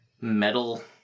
metal